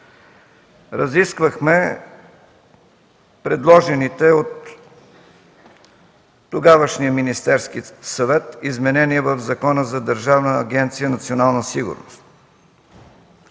разисквахме предложените от тогавашния Министерски съвет изменения в Закона за Държавна агенция „Национална сигурност”.